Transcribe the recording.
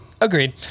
Agreed